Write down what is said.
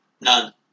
None